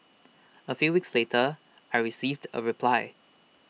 A few weeks later I received A reply